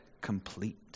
complete